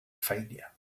failure